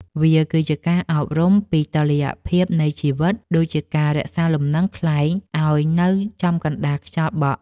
វាគឺជាការអប់រំពីតុល្យភាពនៃជីវិត ដូចជាការរក្សាលំនឹងខ្លែងឱ្យនៅចំកណ្ដាលខ្យល់បក់។